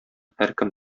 һәркем